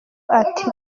ati